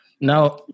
Now